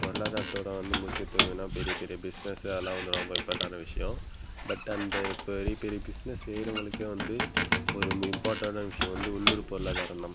பொருளாதாரத்தோடய வந்து முக்கியத்துவனா பெரிய பெரிய பிஸ்னெஸ் ஆள்லா வந்து ரொம்ப இம்பார்ட்டான விஷயோம் பட் அந்த பெரிய பெரிய பிஸ்னெஸ் செய்கிறவங்களுக்கே வந்து ஒரு இம்பார்ட்டனான விஷியம் வந்து உள்ளூர் பொருளாதாரதம்